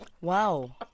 Wow